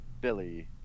Billy